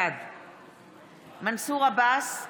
בעד מנסור עבאס,